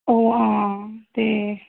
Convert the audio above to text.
ओह् हां ते